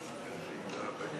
אדוני, אפשר לקבל, בבקשה?